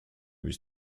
być